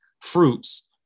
fruits